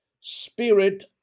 spirit